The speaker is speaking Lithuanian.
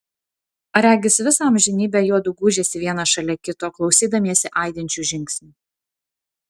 regis visą amžinybę juodu gūžėsi vienas šalia kito klausydamiesi aidinčių žingsnių